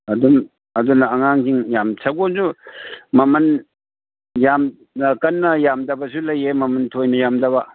ꯑꯗꯨꯝ ꯑꯗꯨꯅ ꯑꯉꯥꯡꯁꯤꯡ ꯌꯥꯝ ꯁꯒꯣꯜꯁꯨ ꯃꯃꯜ ꯌꯥꯝꯅ ꯀꯟꯅ ꯌꯥꯝꯗꯕꯁꯨ ꯂꯩꯌꯦ ꯃꯃꯜ ꯊꯣꯏꯅ ꯌꯥꯝꯗꯕ